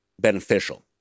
beneficial